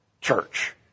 church